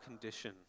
condition